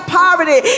poverty